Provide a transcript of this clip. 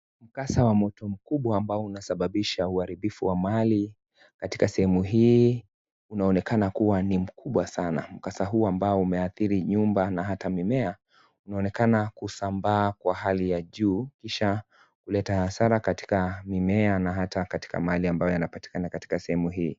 Mkasa wa moto mkubwa ambao unasababisha uharibifu wa mali katika sehemu hii unaonekana kuwa ni mkubwa sana mkasa huu ambao umeathiri nyumba na hata mimea unaonekana kusambaa kwa hali ya juu kisha kuleta hasara katika mimea na hata katika mahali ambayo yanapatikana katika sehemu hii.